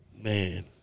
Man